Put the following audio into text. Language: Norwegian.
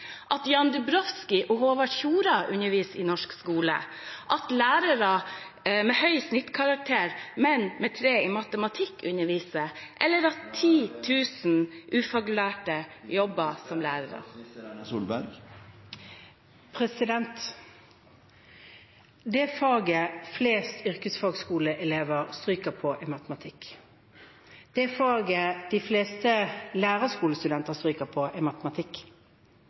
at Jan Dubowski og Håvard Tjora underviser i norsk skole, at lærere med høy snittkarakter, men med 3 i matematikk, underviser, eller at 10 000 ufaglærte jobber som lærere? Det faget flest yrkesfagelever stryker i, er matematikk. Det faget de fleste lærerstudenter stryker i, er matematikk.